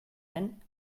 den